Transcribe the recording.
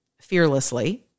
fearlessly